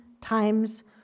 times